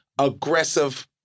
Aggressive